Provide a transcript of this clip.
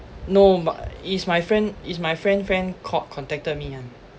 no but it's my friend it's my friend friend call contacted me [one]